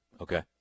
okay